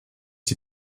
die